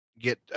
get